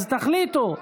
אז תחליטו: